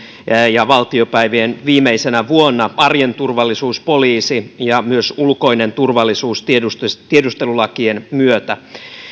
ja valtiopäivien viimeisenä vuonna arjen turvallisuus poliisi ja myös ulkoinen turvallisuus tiedustelulakien myötä